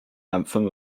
anthem